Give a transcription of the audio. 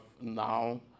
now